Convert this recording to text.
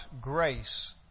grace